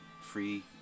free